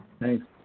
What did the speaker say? Thanks